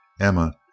Emma